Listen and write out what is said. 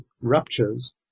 ruptures